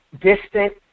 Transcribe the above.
distant